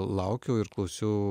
laukiau ir klausiau